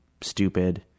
stupid